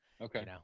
Okay